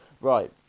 Right